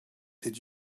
did